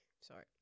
Sorry